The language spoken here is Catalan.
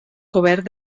cobert